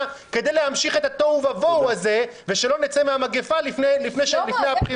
כדי להמשיך האת התוהו ובוהו הזה ושלא נצא מהמגפה לפני הבחירות.